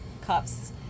cups